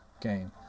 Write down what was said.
game